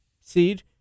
seed